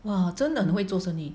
!wah! 真的很会做生意